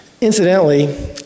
Incidentally